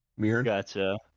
Gotcha